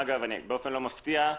באופן לא מפתיע,